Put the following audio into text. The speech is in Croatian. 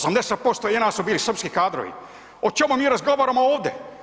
80% JNA su bili srpski kadrovi, o čemu mi razgovaramo ovdje?